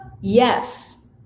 yes